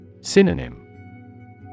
Synonym